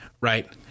Right